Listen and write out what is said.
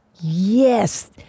yes